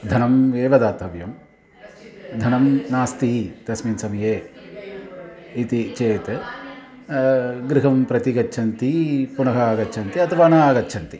धनम् एव दातव्यं धनं नास्ति तस्मिन् समये इति चेत् गृहं प्रति गच्छन्ति पुनः आगच्छन्ति अथवा न आगच्छन्ति